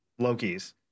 Lokis